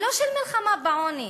ולא של מלחמה בעוני.